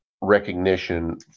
recognition